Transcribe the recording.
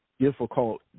Difficult